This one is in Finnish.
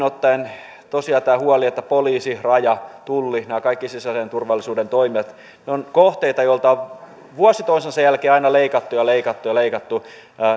ottaen on tosiaan tämä huoli että poliisi raja tulli nämä kaikki sisäisen turvallisuuden toimijat ovat kohteita joilta vuosi toisensa jälkeen on aina leikattu ja leikattu ja leikattu